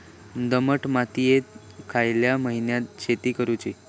दमट मातयेत खयल्या महिन्यात शेती करुची?